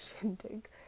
shindig